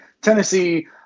Tennessee